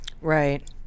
Right